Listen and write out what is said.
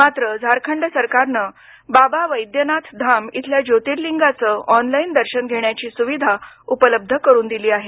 मात्र झारखंड सरकारनं बाबा बैद्यनाथधाम इथल्या ज्योतिर्लिंगाचं ऑनलाइन दर्शन घेण्याची सुविधा उपलब्ध करून दिली आहे